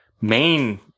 main